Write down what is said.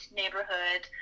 neighborhood